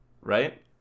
right